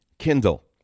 Kindle